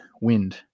wind